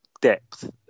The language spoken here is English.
depth